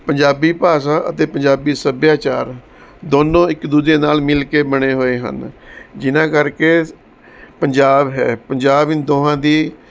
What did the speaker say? ਪੰਜਾਬੀ ਭਾਸ਼ਾ ਅਤੇ ਪੰਜਾਬੀ ਸੱਭਿਆਚਾਰ ਦੋਨੋਂ ਇੱਕ ਦੂਜੇ ਨਾਲ ਮਿਲ ਕੇ ਬਣੇ ਹੋਏ ਹਨ ਜਿਨਾਂ ਕਰਕੇ ਪੰਜਾਬ ਹੈ ਪੰਜਾਬ ਇਨ ਦੋਹਾਂ ਦੀ